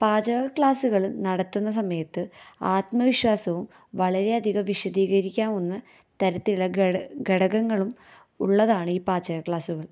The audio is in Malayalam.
പാചക ക്ലാസുകള് നടത്തുന്ന സമയത്ത് ആത്മവിശ്വാസവും വളരെയധികം വിശദീകരിക്കാവുന്ന് തരത്തിലാണ് ഗടകങ്ങളും ഉള്ളതാണ് ഈ പാചക ക്ലാസുകള്